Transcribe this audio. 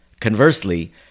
Conversely